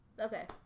Okay